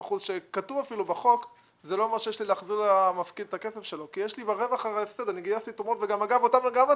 משאיר לו את שיקול הדעת וגם לזה אתם אומרים לא,